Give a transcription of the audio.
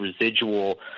residual